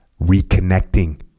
Reconnecting